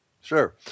Sure